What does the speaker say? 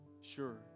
Sure